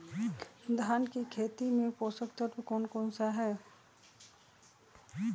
धान की खेती में पोषक तत्व कौन कौन सा है?